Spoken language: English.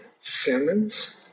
Simmons